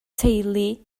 teulu